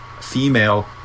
female